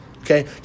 Okay